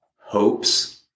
hopes